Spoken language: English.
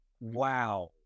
wow